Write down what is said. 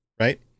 right